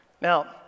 Now